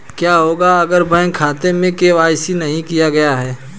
क्या होगा अगर बैंक खाते में के.वाई.सी नहीं किया गया है?